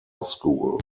school